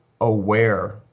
aware